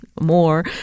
more